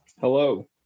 Hello